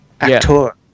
actor